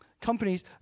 companies